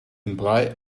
imply